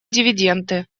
дивиденды